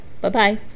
Bye-bye